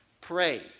pray